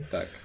Tak